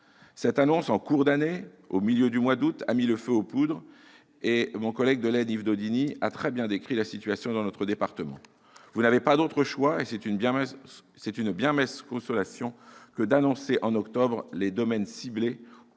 Cette annonce en cours d'année, au milieu du mois d'août, a mis le feu aux poudres. Mon collègue de l'Aisne, Yves Daudigny, a très bien décrit la situation dans notre département. Madame la ministre, vous n'aviez pas d'autre choix- c'est une bien mince consolation -que d'annoncer, en octobre, les domaines ciblés